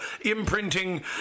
imprinting